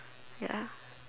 ya